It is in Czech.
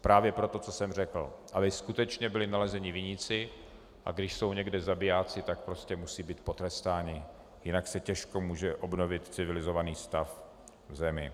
Právě pro to, co jsem řekl, aby skutečně byli nalezeni viníci, a když jsou někde zabijáci, tak prostě musí být potrestáni, jinak se těžko může obnovit civilizovaný stav v zemi.